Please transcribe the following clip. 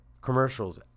Commercials